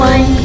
One